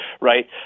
right